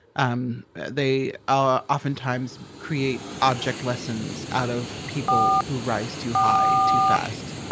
um they ah often times create object lessons out of people who rise too high too fast.